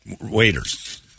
waiters